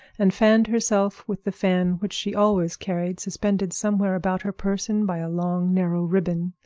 and fanned herself with the fan which she always carried suspended somewhere about her person by a long, narrow ribbon.